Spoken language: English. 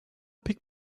pick